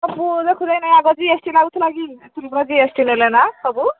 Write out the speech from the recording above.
ସବୁ ଦେଖୁନ ଆଗ ଜି ଏସ୍ ଟି ଲାଗୁଥିଲା କି ଏଥର ପା ଜି ଏସ୍ ଟି ନେଲେନ ସବୁ